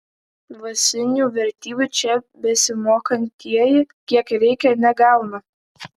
dvasinių vertybių čia besimokantieji kiek reikia negauna